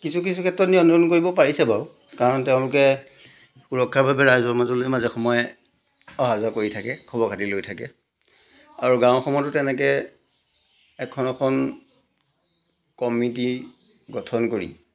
কিছু কিছু ক্ষেত্ৰত নিয়ন্ত্ৰণ কৰিব পাৰিছে বাৰু কাৰণ তেওঁলোকে সুৰক্ষাৰ বাবে ৰাইজৰ মাজলৈ মাজে সময়ে অহা যোৱা কৰি থাকে খবৰ খাতি লৈ থাকে আৰু গাওঁ সমূহতো তেনেকৈ এখন এখন কমিতি গঠন কৰি